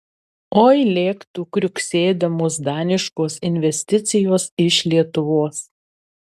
oi lėktų kriuksėdamos daniškos investicijos iš lietuvos